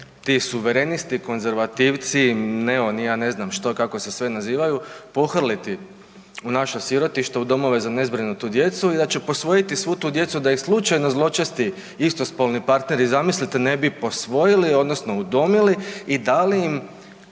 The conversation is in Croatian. ti suverenisti, konzervativci, neo ni ja ne znam što kako se sve nazivaju pohrliti u naša sirotišta u domove za nezbrinutu djecu i da će posvojiti svu tu djecu da ih slučajno zločesti istospolni partneri zamislite ne bi posvojili odnosno udomili i dali im